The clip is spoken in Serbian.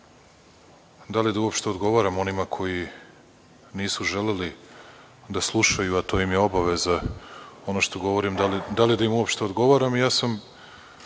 da li da uopšte odgovaram onima koji nisu želeli da slušaju, a to im je obaveza, ono što govorim, da li da im uopšte odgovaram.